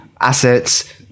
assets